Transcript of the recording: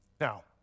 Now